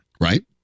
Right